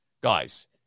guys